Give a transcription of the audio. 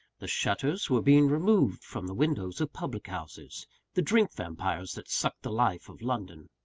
the shutters were being removed from the windows of public-houses the drink-vampyres that suck the life of london,